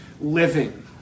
living